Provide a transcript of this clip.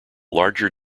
larger